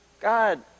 God